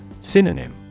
Synonym